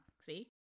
See